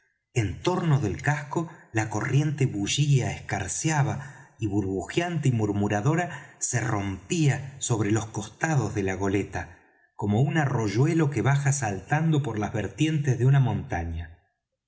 torno del casco la corriente bullía escarceaba y burbujante y murmuradora se rompía sobre los costados de la goleta como un arroyuelo que baja saltando por las vertientes de una montaña